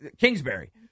kingsbury